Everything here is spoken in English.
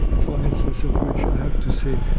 for instance, of which i have to say,